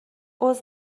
عذر